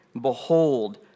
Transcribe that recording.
Behold